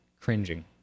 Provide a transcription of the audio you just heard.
cringing